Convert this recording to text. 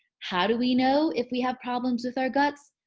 how do we know if we have problems with our guts?